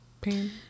pain